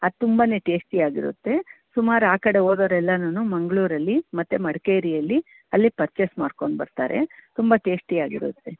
ಅದು ತುಂಬನೆ ಟೇಸ್ಟಿಯಾಗಿರುತ್ತೆ ಸುಮಾರು ಆ ಕಡೆ ಹೋದೋರು ಎಲ್ಲರೂನು ಮಂಗಳೂರಲ್ಲಿ ಮತ್ತೆ ಮಡಿಕೇರಿಯಲ್ಲಿ ಅಲ್ಲಿ ಪರ್ಚೆಸ್ ಮಾಡ್ಕೊಂಡು ಬರ್ತಾರೆ ತುಂಬ ಟೇಸ್ಟಿಯಾಗಿರುತ್ತೆ